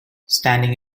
standing